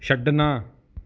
ਛੱਡਣਾ